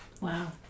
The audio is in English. Wow